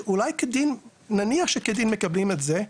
אולי שנניח שכדין מקבלים את זה,